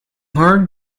hard